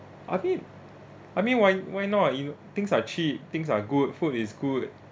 I mean I mean why why not you things are cheap things are good food is good